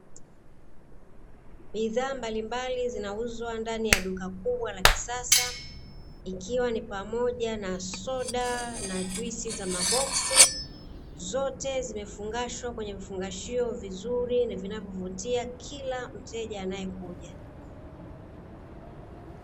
Bidhaa mbalimbali zinauzwa ndani ya duka kubwa la kisasa, ikiwa ni pamoja na soda na juisi za maboksi, zote zimefungashwa kwenye vifungashio vizuri, na vinavyovutia kila mteja anayakuja.